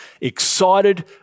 excited